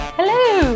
Hello